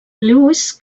lewis